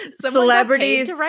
celebrities